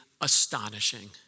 astonishing